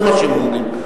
זה מה שהם אומרים.